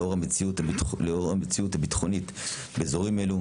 לאור המציאות הביטחונית באזורים אלו.